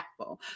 impactful